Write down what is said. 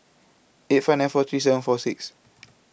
eight five nine four three seven four six